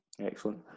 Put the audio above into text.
Excellent